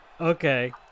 okay